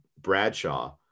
bradshaw